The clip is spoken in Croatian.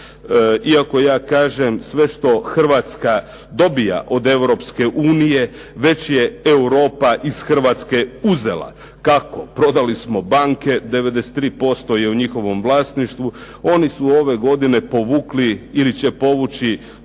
Iako ja kažem sve što Hrvatska dobija od Europske unije, već je Europa iz Hrvatske uzela. Kako? Prodali smo banke, 93% je u njihovom vlasništvu. Oni su ove godine povukli ili će povući